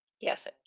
Yes